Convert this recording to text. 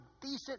decent